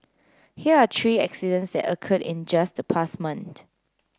here are tree accidents that occurred in just the past month